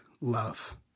love